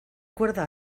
cuerda